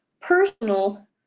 personal